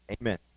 Amen